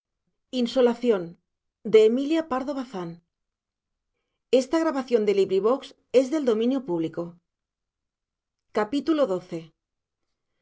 amorosa emilia pardo bazán a